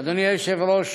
אדוני היושב-ראש,